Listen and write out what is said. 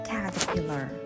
Caterpillar